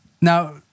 Now